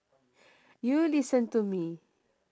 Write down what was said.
you listen to me